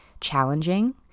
challenging